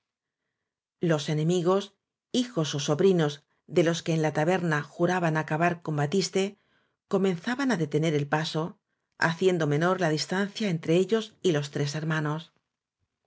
los enemigos hijos ó sobrinos de los que en la taberna juraban acabar con batiste comenzaban á detener el paso haciendo menor la distancia entre ellos y los tres hermanos